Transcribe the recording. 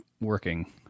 working